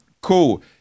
Cool